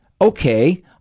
Okay